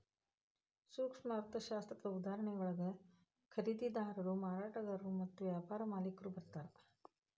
ಸೂಕ್ಷ್ಮ ಅರ್ಥಶಾಸ್ತ್ರದ ಉದಾಹರಣೆಯೊಳಗ ಖರೇದಿದಾರರು ಮಾರಾಟಗಾರರು ಮತ್ತ ವ್ಯಾಪಾರ ಮಾಲಿಕ್ರು ಬರ್ತಾರಾ